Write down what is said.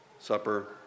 Supper